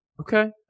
Okay